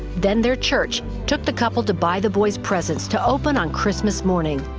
then their church took the couple to buy the boys presents to open on christmas morning.